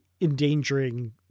endangering